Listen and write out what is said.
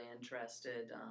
interested